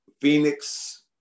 phoenix